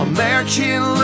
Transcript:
American